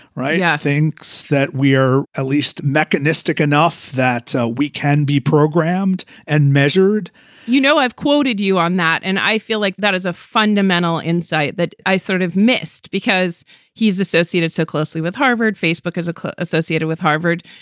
right. i yeah think so that we are at least mechanistic enough that we can be programmed and measured you know, i've quoted you on that and i feel like that is a fundamental insight that i sort of missed because he is associated so closely with harvard facebook as associated with harvard.